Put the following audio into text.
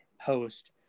post